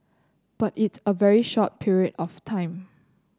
but it's a very short period of time